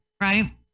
right